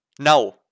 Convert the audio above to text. Now